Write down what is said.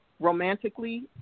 Romantically